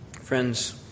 Friends